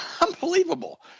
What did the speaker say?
unbelievable